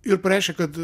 ir pareiškė kad